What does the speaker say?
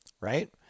Right